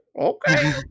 okay